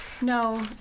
No